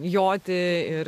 joti ir